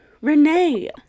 Renee